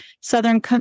Southern